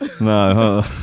No